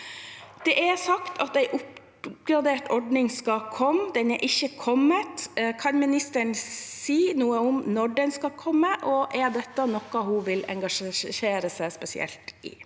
blitt sagt at en oppgradert ordning skal komme, men den har ikke kommet. Kan ministeren si noe om når den skal komme, og er dette noe hun vil engasjere seg spesielt i?